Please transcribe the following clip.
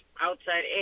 outside